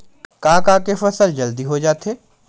का का के फसल जल्दी हो जाथे?